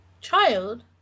Child